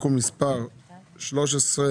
(תיקון מספר 13),